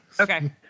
Okay